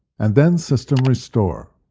and then system restore.